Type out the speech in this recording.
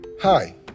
Hi